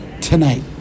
tonight